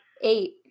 eight